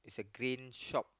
the green shop